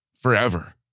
forever